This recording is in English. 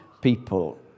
people